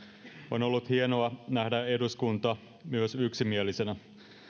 on ollut hienoa nähdä eduskunta myös yksimielisenä